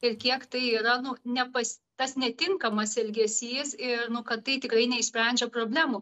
ir kiek tai yra nu nepas tas netinkamas elgesys ir nu kad tai tikrai neišsprendžia problemų